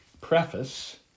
preface